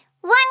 one